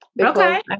Okay